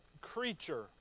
creature